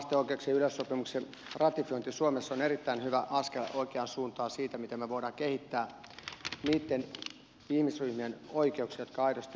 vammaisten oikeuksien yleissopimuksen ratifiointi suomessa on erittäin hyvä askel oikeaan suuntaan siinä miten me voimme kehittää niitten ihmisryhmien oikeuksia jotka aidosti sitä tarvitsevat